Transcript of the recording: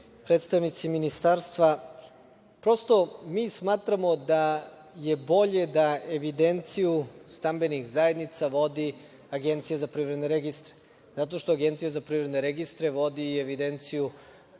predstavnici Ministarstva, prosto, mi smatramo da je bolje da evidenciju stambenih zajednica vodi Agencija za privredne registre, zato što Agencija za privredne registre vodi i evidenciju,